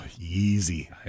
easy